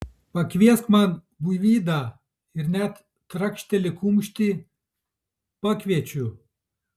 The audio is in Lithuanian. pakviesk man buivydą ir net trakšteli kumštį pakviečiu